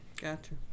Gotcha